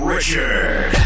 Richard